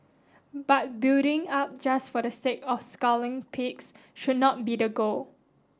but building up just for the sake of scaling peaks should not be the goal